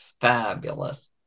fabulous